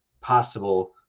possible